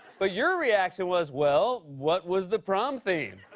but your reaction was, well, what was the prom theme?